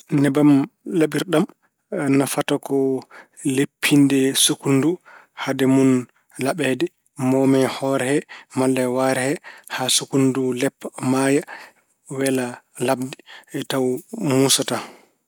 Nebam laɓirɗam nafata ko leppinde sukkundu hade mun laɓeede, moome e hoore he malla e wahre he haa sukkundu leppa, maaya, wela laɓde, taw muusataa.